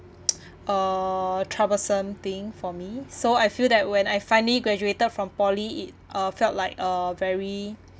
uh troublesome thing for me so I feel that when I finally graduated from poly it uh felt like a very